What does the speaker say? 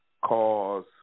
cause